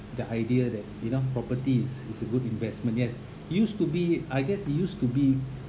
the idea that you know properties is is a good investment yes used to be I guess it used to be